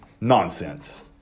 Nonsense